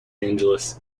angeles